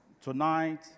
tonight